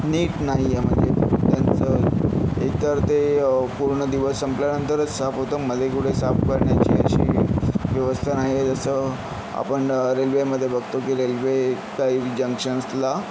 नीट नाही आहे म्हणजे त्यांचं एकतर ते पूर्ण दिवस संपल्यानंतरच साफ होतं मध्ये कुठे साफ करण्याची अशी व्यवस्था नाही आहे जसं आपण रेल्वेमध्ये बघतो की रेल्वे काही जंक्शन्सला